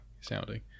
sounding